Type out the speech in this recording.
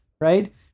right